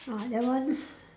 ah that one